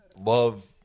love